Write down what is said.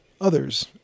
others